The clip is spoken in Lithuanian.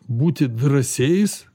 būti drąsiais